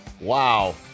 Wow